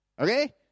Okay